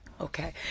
Okay